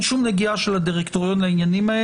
אין שום נגיעה של הדירקטוריון לעניינים האלה.